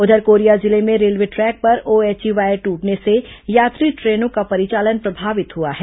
उधर कोरिया जिले में रेलवे ट्रैक पर ओएचई वायर टूटने से यात्री ट्रेनों का परिचालन प्रभावित हुआ है